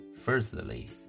Firstly